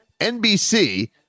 NBC